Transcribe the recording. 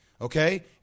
okay